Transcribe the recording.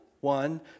one